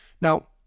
Now